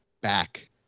back